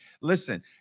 Listen